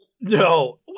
No